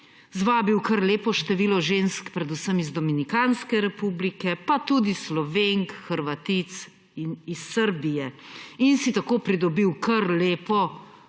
zvabil kar lepo število žensk, predvsem iz Dominikanske Republike pa tudi Slovenk, Hrvatic in iz Srbije, in si tako pridobil kar lepo